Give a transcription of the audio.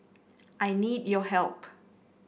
I need your help